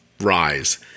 rise